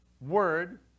word